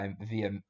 via